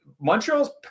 Montreal's